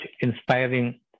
inspiring